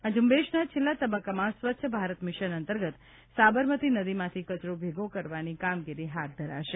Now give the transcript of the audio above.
આ ઝુંબેશના છેલ્લા તબક્કામાં સ્વચ્છ ભારત મિશન અંતર્ગત સાબરમતી નદીમાંથી કચરો ભેગો કરવાની કામગીરી હાથ ધરાશે